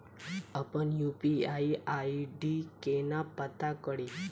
अप्पन UPI ID केना पत्ता कड़ी?